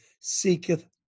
seeketh